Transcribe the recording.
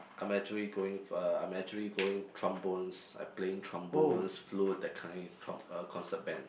I'm actually going uh I'm actually going trombones I'm playing trombones flute that kind trum~ uh concert band